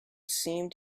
seemed